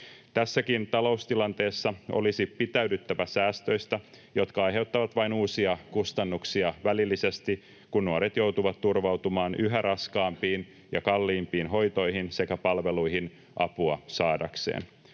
Tässäkin taloustilanteessa olisi pitäydyttävä säästöistä, jotka aiheuttavat vain uusia kustannuksia välillisesti, kun nuoret joutuvat turvautumaan yhä raskaampiin ja kalliimpiin hoitoihin sekä palveluihin apua saadakseen.